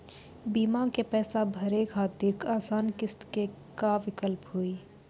बीमा के पैसा भरे खातिर आसान किस्त के का विकल्प हुई?